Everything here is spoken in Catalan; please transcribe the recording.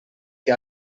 que